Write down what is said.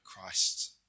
Christ